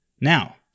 now